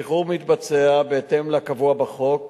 השחרור מתבצע בהתאם לקבוע בחוק.